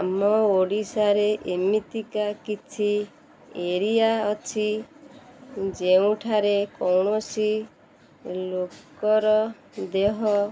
ଆମ ଓଡ଼ିଶାରେ ଏମିତିକା କିଛି ଏରିଆ ଅଛି ଯେଉଁଠାରେ କୌଣସି ଲୋକର ଦେହ